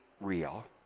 real